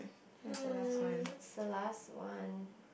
mm what's the last one